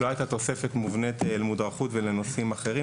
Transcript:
לא הייתה תוספת מובנית למודרכות ולנושאים אחרים,